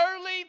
early